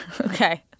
Okay